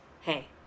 Hey